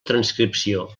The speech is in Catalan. transcripció